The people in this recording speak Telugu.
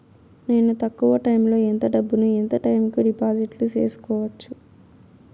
నేను తక్కువ టైములో ఎంత డబ్బును ఎంత టైము కు డిపాజిట్లు సేసుకోవచ్చు?